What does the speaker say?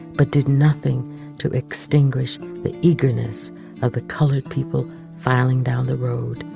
but did nothing to extinguish the eagerness of the colored people filing down the road